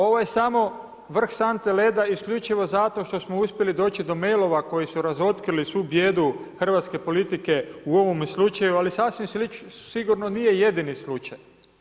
Ovo je samo vrh sante leda, isključivo zato što smo uspjeli doći do mailova, koji su razotkrili svu blijedu hrvatske politike u ovome slučaju, ali sasvim sigurno nije jedini slučaj.